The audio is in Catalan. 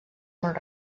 mont